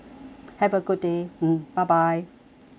have a good day mm bye bye